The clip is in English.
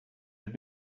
had